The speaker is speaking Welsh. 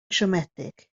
siomedig